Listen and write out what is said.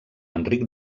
enric